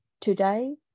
Today